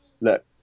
Look